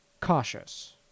cautious